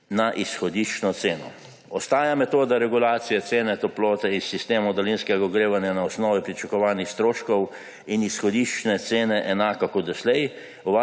na izhodiščno ceno. Ostaja metoda regulacije cene toplote iz sistemov daljinskega ogrevanja na osnovi pričakovanih stroškov in izhodiščne cene enaka kot doslej,